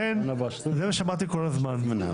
זה מה שאמרתי כל הזמן.